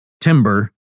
timber